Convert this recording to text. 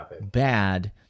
bad